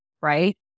Right